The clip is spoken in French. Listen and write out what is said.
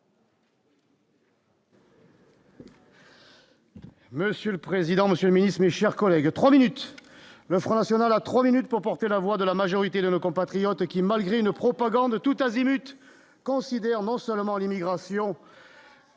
Monsieur le président Monsieur Miss mais, chers collègues, à 3 minutes, le Front national à 3 minutes pour porter la voix de la majorité de nos compatriotes qui, malgré une propagande tout azimut considère non seulement l'immigration.